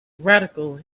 radical